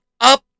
up